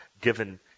given